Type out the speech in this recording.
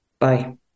Bye